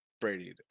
Brady